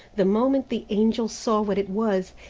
the moment the angel saw what it was,